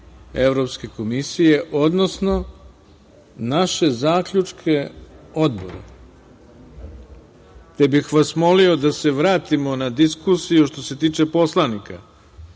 Evropske komisije, odnosno naše zaključke Odbora, te bih vas molio da se vratimo na diskusiju što se tiče poslanika,